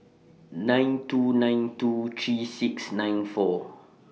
nine two nine two three six nine four